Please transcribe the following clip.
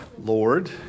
Lord